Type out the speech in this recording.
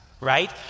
right